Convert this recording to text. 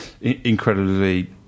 incredibly